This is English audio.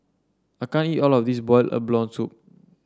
I can't eat all of this Boiled Abalone Soup